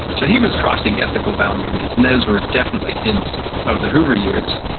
so he was crossing ethical boundaries and those were definitely hints of the hoover years.